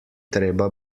treba